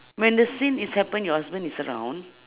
when the scene is happen your husband is around